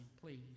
Please